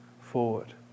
forward